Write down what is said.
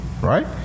right